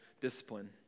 discipline